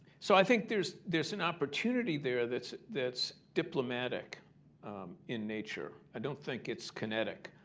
so i think there's there's an opportunity there that's that's diplomatic in nature. i don't think it's kinetic.